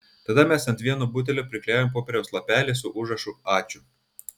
tada mes ant vieno butelio priklijavome popieriaus lapelį su užrašu ačiū